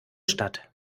statt